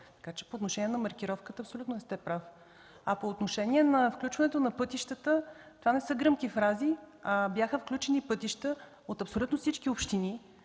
Така че по отношение на маркировката абсолютно не сте прав. По отношение на включването на пътищата, това не са гръмки фрази, а бяха включени пътища от абсолютно всички общини,